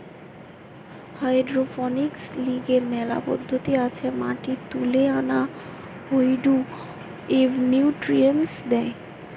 hydroponics লিগে মেলা পদ্ধতি আছে মাটি তুলে আনা হয়ঢু এবনিউট্রিয়েন্টস দেয়